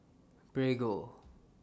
Prego